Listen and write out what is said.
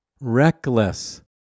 Reckless